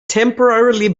temporarily